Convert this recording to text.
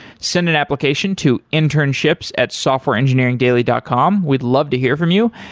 send an application to internships at softwareengineeringdaily dot com. we'd love to hear from you.